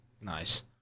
Nice